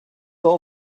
all